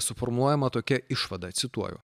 suformuojama tokia išvada cituoju